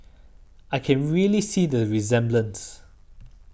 I can really see the resemblance